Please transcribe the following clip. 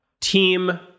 team